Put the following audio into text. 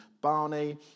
Barney